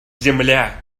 земля